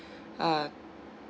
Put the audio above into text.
uh